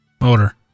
motor